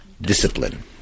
discipline